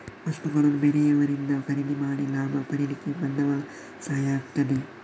ವಸ್ತುಗಳನ್ನ ಬೇರೆಯವರಿಂದ ಖರೀದಿ ಮಾಡಿ ಲಾಭ ಪಡೀಲಿಕ್ಕೆ ಬಂಡವಾಳ ಸಹಾಯ ಆಗ್ತದೆ